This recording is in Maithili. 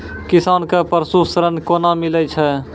किसान कऽ पसु ऋण कोना मिलै छै?